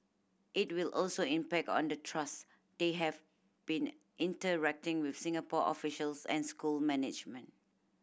it will also impact on the trust they have been interacting with Singapore officials and school management